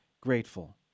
grateful